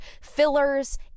fillers